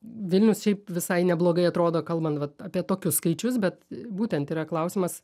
vilnius šiaip visai neblogai atrodo kalbant vat apie tokius skaičius bet būtent yra klausimas